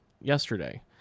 yesterday